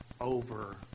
over